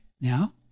Now